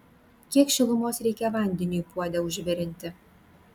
kiek šilumos reikia vandeniui puode užvirinti